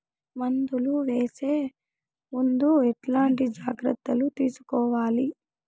మందులు వేసే ముందు ఎట్లాంటి జాగ్రత్తలు తీసుకోవాలి?